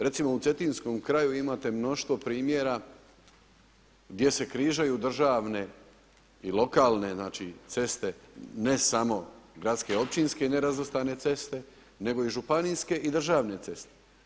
Recimo u cetinskom kraju imate mnoštvo primjera gdje se križaju državne i lokalne ceste, ne samo gradske i općinske nerazvrstane cesta nego i županijske i državne ceste.